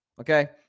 okay